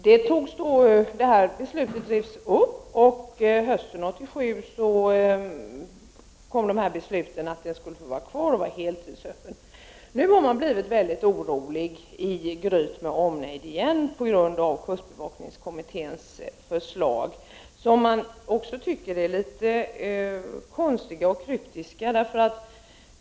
Detta beslut revs då upp, och hösten 1987 kom beslutet om att centralen skulle få vara kvar och öppen på heltid. Nu har man blivit mycket orolig i Gryt med omnejd igen, på grund av kustbevakningskommitténs förslag, som man tycker är litet konstigt och kryptiskt.